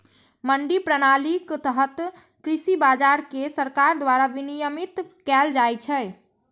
मंडी प्रणालीक तहत कृषि बाजार कें सरकार द्वारा विनियमित कैल जाइ छै